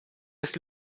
des